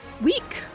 week